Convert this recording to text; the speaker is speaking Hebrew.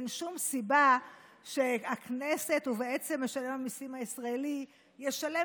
ואין שום סיבה שהכנסת ובעצם משלם המיסים הישראלי ישלמו